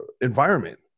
environment